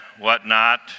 whatnot